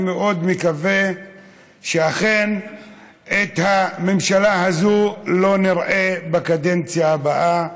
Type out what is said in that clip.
אני מאוד מקווה שאת הממשלה הזאת לא נראה בקדנציה הבאה,